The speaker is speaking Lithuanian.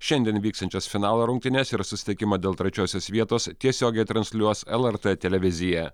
šiandien vyksiančias finalo rungtynes ir susitikimą dėl trečiosios vietos tiesiogiai transliuos lrt televizija